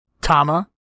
Tama